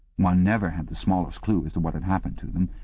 one never had the smallest clue as to what had happened to them.